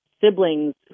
siblings